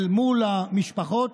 מול המשפחות,